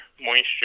moisture